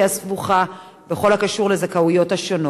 הסבוכה בכל הקשור לזכאויות השונות.